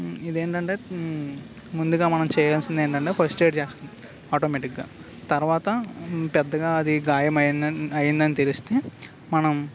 ఇదేంటంటే ముందుగా మనం చేయాల్సింది ఏంటంటే ఫస్ట్ ఎయిడ్ చేస్తాం ఆటోమేటిక్గా తర్వాత పెద్దగా అది గాయం అయింద అయందని తెలిస్తే మనం